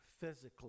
physically